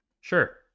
Sure